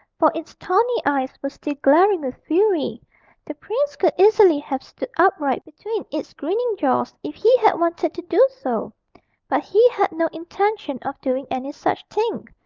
for its tawny eyes were still glaring with fury the prince could easily have stood upright between its grinning jaws if he had wanted to do so but he had no intention of doing any such thing,